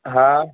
हा